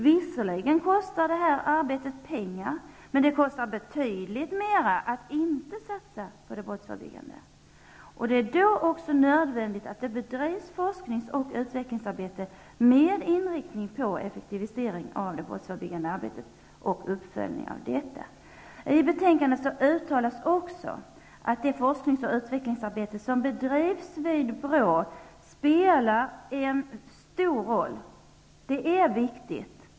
Visserligen kostar detta arbete pengar, men det kostar betydligt mer att inte satsa på det brottsförebyggande arbetet. Därför är det nödvändigt att det bedrivs forskningsoch utvecklingsarbete med inriktning på effektivisering och uppföljning av det brottsförebyggande arbetet. I betänkandet uttalas också att det forsknings och utvecklingsarbete som bedrivs vid BRÅ spelar en stor roll och är viktigt.